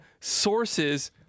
sources